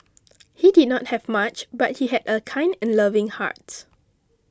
he did not have much but he had a kind and loving heart